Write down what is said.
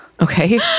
Okay